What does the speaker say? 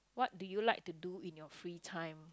what do you like to do in your free time